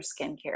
skincare